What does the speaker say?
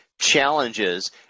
challenges